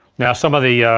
now some of the,